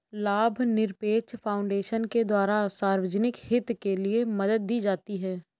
लाभनिरपेक्ष फाउन्डेशन के द्वारा सार्वजनिक हित के लिये मदद दी जाती है